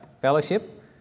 fellowship